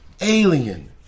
alien